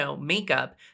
makeup